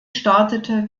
startete